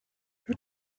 who